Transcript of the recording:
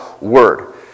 word